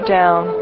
down